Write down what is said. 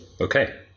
okay